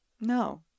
No